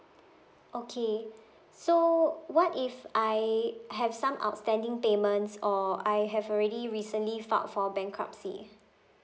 okay so what if I have some outstanding payments or I have already recently filed for bankruptcy